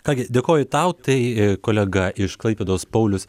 ką gi dėkoju tau tai kolega iš klaipėdos paulius